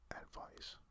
advice